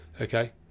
Okay